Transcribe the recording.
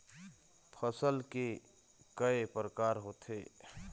फसल के कय प्रकार होथे?